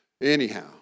Anyhow